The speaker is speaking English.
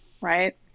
Right